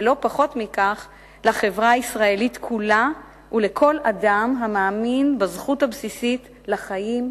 ולא פחות מכך לחברה הישראלית כולה ולכל אדם המאמין בזכות הבסיסית לחיים,